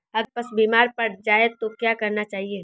अगर पशु बीमार पड़ जाय तो क्या करना चाहिए?